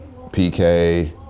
PK